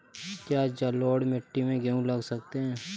क्या जलोढ़ मिट्टी में गेहूँ लगा सकते हैं?